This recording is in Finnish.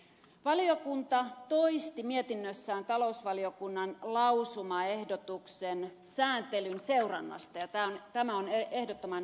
valiokunta toisti mietinnössään talousvaliokunnan lausumaehdotuksen sääntelyn seurannasta ja tämä on ehdottoman tärkeä asia